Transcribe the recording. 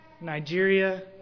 Nigeria